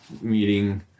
meeting